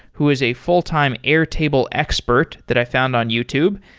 who is a full-time airtable expert that i found on youtube.